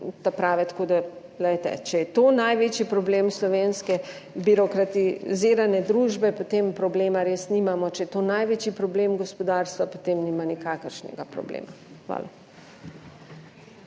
prave. Tako da glejte, če je to največji problem slovenske birokratizirane družbe, potem problema res nimamo. Če je to največji problem gospodarstva, potem nima nikakršnega problema. Hvala.